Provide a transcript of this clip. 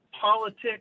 politics